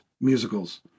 musicals